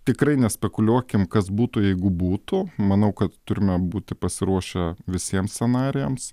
tikrai nespekuliuokim kas būtų jeigu būtų manau kad turime būti pasiruošę visiem scenarijams